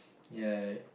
ya